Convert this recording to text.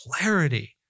clarity